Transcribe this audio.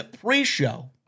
pre-show